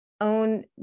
own